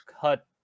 cut